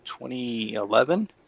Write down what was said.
2011